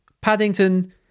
Paddington